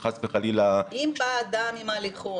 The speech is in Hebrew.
אם בא אדם עם הליכון,